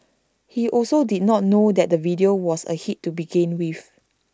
he also did not know that the video was A hit to begin with